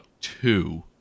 two